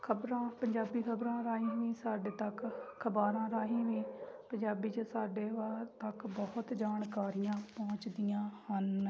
ਖਬਰਾਂ ਪੰਜਾਬੀ ਖਬਰਾਂ ਰਾਹੀਂ ਵੀ ਸਾਡੇ ਤੱਕ ਅਖਬਾਰਾਂ ਰਾਹੀਂ ਵੀ ਪੰਜਾਬੀ 'ਚ ਸਾਡੇ ਵਾ ਤੱਕ ਬਹੁਤ ਜਾਣਕਾਰੀਆਂ ਪਹੁੰਚਦੀਆਂ ਹਨ